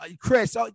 Chris